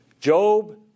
Job